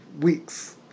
weeks